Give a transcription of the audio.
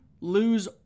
lose